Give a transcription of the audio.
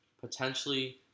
potentially